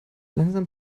langsam